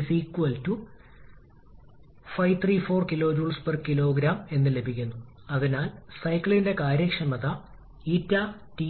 ഇത് മിനിമ അല്ലെങ്കിൽ മാക്സിമയാണോ എന്ന് നിങ്ങൾക്ക് എന്തെങ്കിലും സംശയമുണ്ടെങ്കിൽ നിങ്ങൾക്ക് ഇത് ഒരിക്കൽ കൂടി